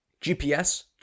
GPS